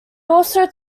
also